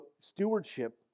stewardship